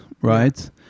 right